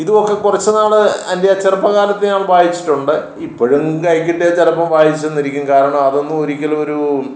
ഇതുമൊക്കെ കുറച്ചു നാൾ എൻ്റെ ആ ചെറുപ്പ കാലത്ത് ഞാൻ വായിച്ചിട്ടുണ്ട് ഇപ്പോഴും കയ്യിൽ കിട്ടിയാൽ ചിലപ്പം വായിച്ചെന്നിരിക്കും കാരണം അതൊന്നും ഒരിക്കലും ഒരു